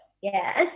Yes